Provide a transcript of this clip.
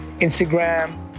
Instagram